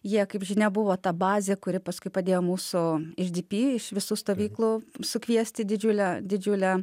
jie kaip žinia buvo ta bazė kuri paskui padėjo mūsų iš dp iš visų stovyklų sukviesti didžiulę didžiulę